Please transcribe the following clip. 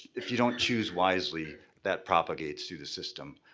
if you don't choose wisely, that propagates through the system.